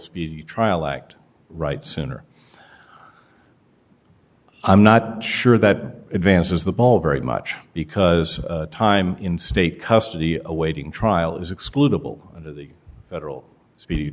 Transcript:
speedy trial act right sooner i'm not sure that advances the ball very much because time in state custody awaiting trial is excludable under the federal speedy